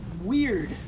weird